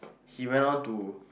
he went on to